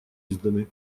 изданы